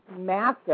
massive